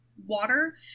water